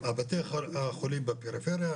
בתי החולים בפריפריה,